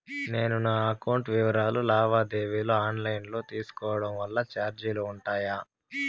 నేను నా అకౌంట్ వివరాలు లావాదేవీలు ఆన్ లైను లో తీసుకోవడం వల్ల చార్జీలు ఉంటాయా?